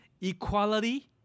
equality